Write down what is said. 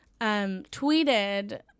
tweeted